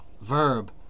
Verb